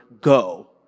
go